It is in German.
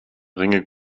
ringe